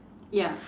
ya